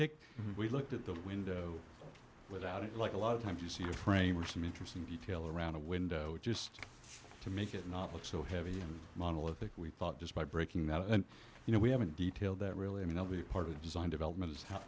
take we look at the window without it like a lot of times you see a frame or some interesting detail around a window just to make it not look so heavy and monolithic we thought just by breaking that and you know we have a detail that really i mean they'll be part of the design development is how